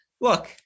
look